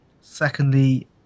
secondly